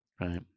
Right